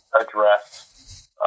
address